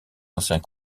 anciens